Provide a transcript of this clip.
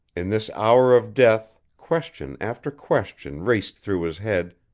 in this hour of death question after question raced through his head,